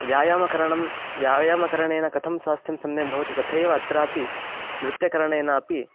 व्यायामकरणं व्यायामकरणेन कथं स्वास्थ्यं सम्यक् भवति तथैव अत्रापि नृत्यकरणेनापि